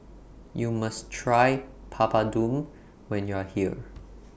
YOU must Try Papadum when YOU Are here